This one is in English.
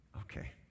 Okay